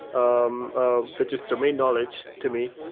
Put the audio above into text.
um ah they're just domain knowledge to me.